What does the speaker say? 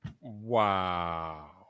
Wow